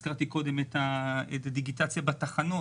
הזכרתי קודם את הדיגיטציה בתחנות,